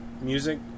music